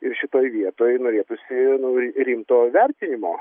ir šitoj vietoj norėtųsi nu ri rimto vertinimo